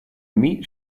meat